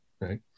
Right